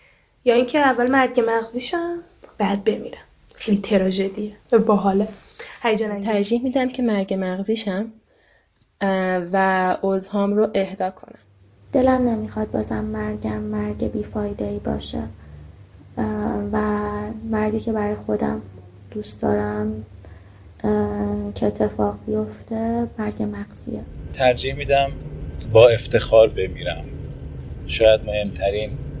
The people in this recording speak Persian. یا اینکه اول مرگ مغزیشم، بعد بمیرم. خیلی تراژدیه. باحاله. هیجان انگیز. ترجیح میدم که مرگ مغزیشم، اه، و عضوهام رو اهدا کنم. دلم نمیخواد بازم مرگم مرگ بیفایده‌ای باشه. اه، و مرگی که برای خودم دوست دارم، اه، که اتفاق بیفته، مرگ مغزیه. ترجیح میدم با افتخار بمیرم. شاید مهمترین